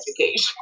education